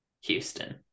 Houston